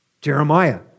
Jeremiah